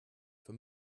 for